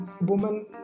woman